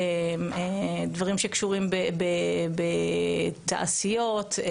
דברים שקשורים בתעשיות,